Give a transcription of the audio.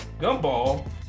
Gumball